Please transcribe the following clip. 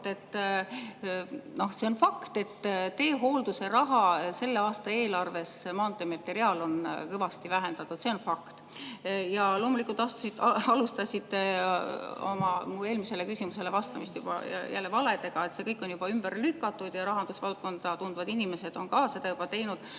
See on fakt, et teehoolduse raha selle aasta eelarves Maanteeameti real on kõvasti vähendatud. See on fakt. Ja loomulikult alustasite mu eelmisele küsimusele vastamist juba jälle valedega. See kõik on juba ümber lükatud ja rahandusvaldkonda tundvad inimesed on ka seda juba teinud,